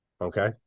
Okay